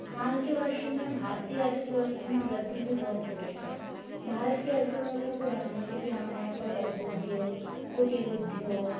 हाल के वर्षों में भारतीय अर्थव्यवस्था में वृद्धि भी बहुत हो रही है भारत की अर्थव्यवस्था को बढ़ाने के लिए हमारे यहाँ पर लघु उद्योग कुटीर उद्योग